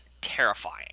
terrifying